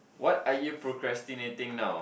what are you procrastinating now